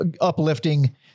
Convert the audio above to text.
uplifting